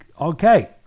Okay